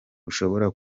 ushobora